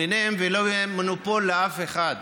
ביניהן ולא יהיה מונופול לאף אחת,